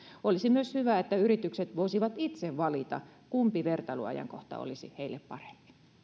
olisi myös hyvä että yritykset voisivat itse valita kumpi vertailuajankohta olisi heille parempi